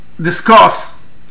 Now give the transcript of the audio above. discuss